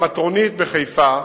במטרונית בחיפה,